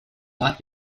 not